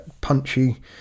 punchy